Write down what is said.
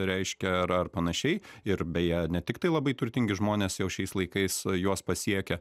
reiškia ar ar panašiai ir beje ne tiktai labai turtingi žmonės jau šiais laikais juos pasiekia